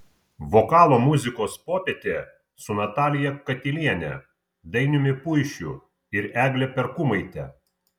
vokalo muzikos popietė su natalija katiliene dainiumi puišiu ir egle perkumaite